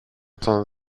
τον